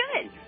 good